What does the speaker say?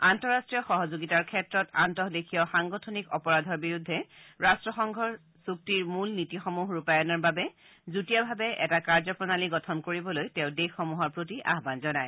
আন্তঃৰাষ্ট্ৰীয় সহযোগিতাৰ ক্ষেত্ৰত আন্তঃদেশীয় সাংগঠনিক অপৰাধৰ বিৰুদ্ধে ৰাট্টসংঘৰ চুক্তিৰ মূল নীতিসমূহ ৰূপায়ণৰ বাবে যুটীয়াভাৱে এটা কাৰ্য প্ৰণালী গঠন কৰিবলৈ তেওঁ দেশসমূহৰ প্ৰতি আহান জনায়